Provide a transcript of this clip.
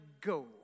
go